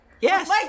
Yes